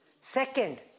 Second